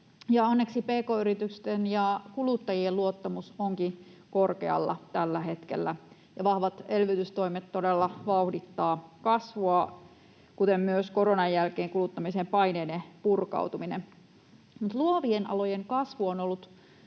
Onneksi pk-yritysten ja kuluttajien luottamus onkin korkealla tällä hetkellä ja vahvat elvytystoimet todella vauhdittavat kasvua, kuten myös koronan jälkeen kuluttamisen paineiden purkautuminen. Mutta luovien alojen kasvu on ollut